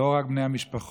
לא רק בני המשפחות,